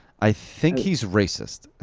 i think he's racist.